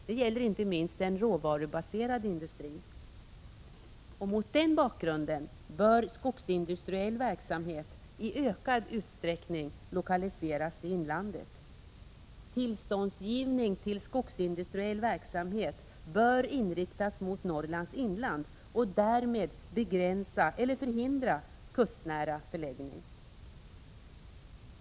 Det gäller inte minst den råvarubaserade industrin. Mot den bakgrunden bör skogsindustriell verksamhet i ökad utsträckning lokaliseras till inlandet. Tillstånd till skogsindustriell verksamhet bör inriktas mot Norrlands inland och därmed begränsa eller förhindra kustnära förläggning.